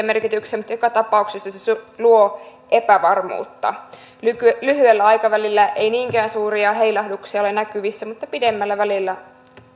merkityksiä mutta joka tapauksessa se luo epävarmuutta lyhyellä aikavälillä ei niinkään suuria heilahduksia ole näkyvissä mutta pidemmällä aikavälillä